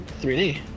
3d